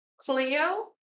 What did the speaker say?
Cleo